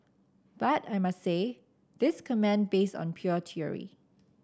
but I must say this comment based on pure theory